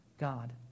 God